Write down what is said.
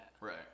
right